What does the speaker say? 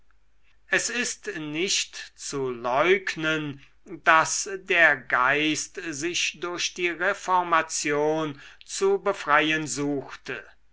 es ist nicht zu leugnen daß der geist sich durch die reformation zu befreien suchte